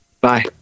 bye